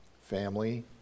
family